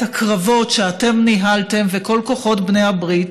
הקרבות שאתם ניהלתם וכל כוחות בעלות הברית,